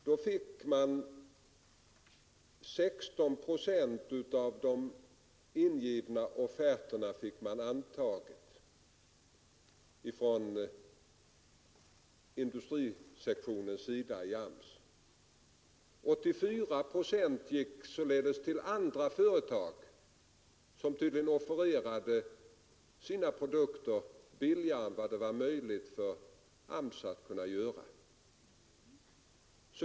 Den undersökningen visar att man i industrisektionen i AMS då fick 16 procent av de ingivna offerterna antagna. Övriga 84 procent gick alltså till andra företag, som tydligen hade offererat sina produkter billigare än vad som var möjligt för AMS att göra.